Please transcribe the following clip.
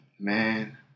Man